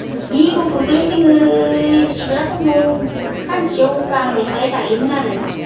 हि गुफुरखोलाय जोङो सिख्ला समाव खानसेयाव गांनै खालाय दायोमोन आरो